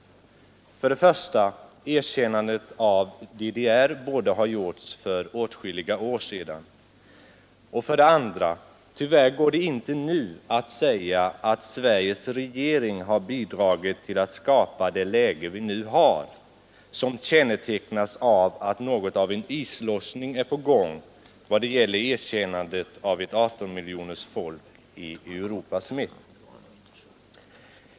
För det första: Erkännandet av DDR borde ha gjorts för åtskilliga år sedan. Fär det andra: Tyvärr går det inte nu att säga att Sveriges regering har bidragit till att skapa det läge vi nu har, som kännetecknas av att något av en islossning är på gång i vad det gäller erkännandet av ett 18 miljoners folk i Europas mitt.